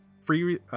free